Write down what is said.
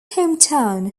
hometown